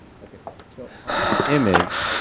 okay. so on an image,